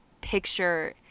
picture